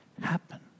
happen